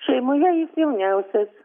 šeimoje jis jauniausias